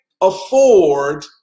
afford